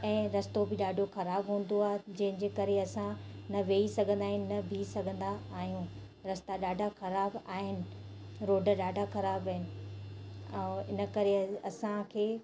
ऐं रस्तो बि ॾाढो ख़राब हूंदो आहे जंहिंजे करे असां न विही सघंदा आहियूं न बिह सघंदा आयूं रस्ता ॾाढा खराब आहिनि ऐं रोड ॾाढा ख़राब आहिनि ऐं इन करे असांखे